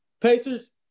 Pacers